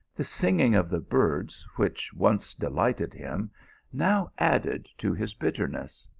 the singing of the birds which once delighted him now added to his bitterness.